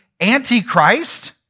Antichrist